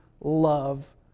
love